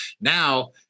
Now